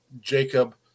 Jacob